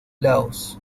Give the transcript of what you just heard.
laos